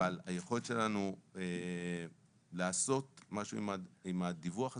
אבל היכולת שלנו לעשות משהו עם הדיווח הזה,